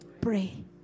Pray